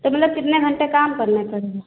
तो मतलब कितने घंटे काम करना पड़ेगा